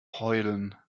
heulen